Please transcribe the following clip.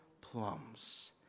plums